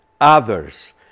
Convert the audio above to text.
others